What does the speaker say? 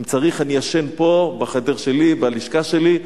אם צריך, אני ישן פה, בחדר שלי, בלשכה שלי.